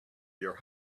your